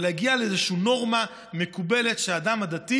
אבל נגיע לאיזושהי נורמה מקובלת שהאדם הדתי